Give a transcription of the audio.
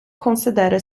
considera